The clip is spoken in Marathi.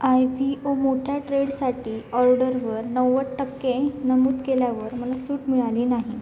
आयव्हीओ मोठ्या ट्रेडसाठी ऑर्डरवर नव्वद टक्के नमूद केल्यावर मला सूट मिळाली नाही